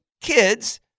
kids